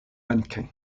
mannequin